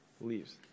Leaves